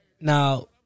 Now